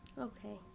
Okay